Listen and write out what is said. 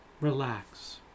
relax